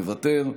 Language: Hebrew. איננו,